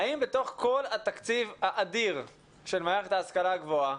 האם בתוך כל התקציב האדיר של מערכת ההשכלה הגבוהה